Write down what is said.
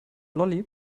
lolli